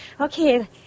okay